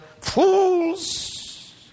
Fools